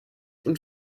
und